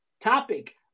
topic